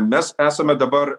mes esame dabar